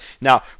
Now